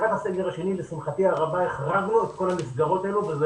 לקראת הסגר השני לשמחתי הרבה החרגנו את כל המסגרות האלה וזה